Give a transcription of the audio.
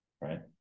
right